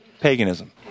paganism